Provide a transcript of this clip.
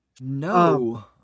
No